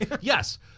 Yes